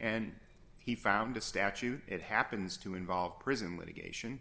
and he found a statute it happens to involve prison with a geisha